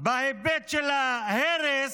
בהיבט של ההרס,